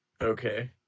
Okay